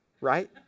right